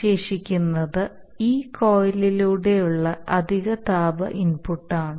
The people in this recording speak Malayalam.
അവശേഷിക്കുന്നത് ഈ കോയിലിലൂടെയുള്ള അധിക താപ ഇൻപുട്ടാണ്